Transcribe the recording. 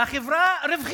והחברה רווחית.